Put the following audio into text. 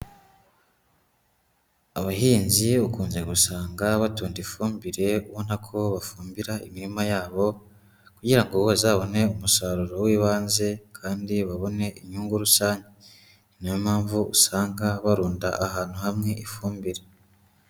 Abahinzi ukunze gusanga batunda ifumbire ubona ko bafumbira imirima yabo kugira ngo bazabone umusaruro w'ibanze kandi babone inyungu rusange. Ni na yo mpamvu usanga barunda ahantu hamwe ifumbire.